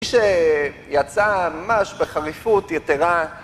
מי שיצא ממש בחריפות יתרה